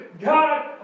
God